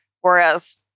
Whereas